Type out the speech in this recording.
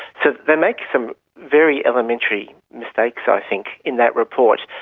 so they make some very elementary mistakes, i think, in that report,